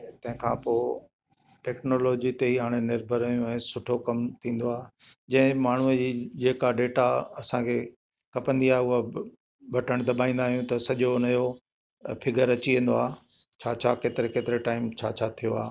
तंहिंखां पोइ टैक्नोलॉजी ते ई हाणे निर्भर आहियूं ऐं सुठो कम थींदो आहे जंहिं माण्हूअ जी जेका डेटा असांखे खपंदी आहे उहा बटण दबाईंदा आहियूं त सॼो उन जो फिगर अची वेंदो आहे छा छा केतिरे केतिरे टाइम छा छा थियो आहे